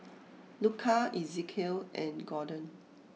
Luka Ezekiel and Gorden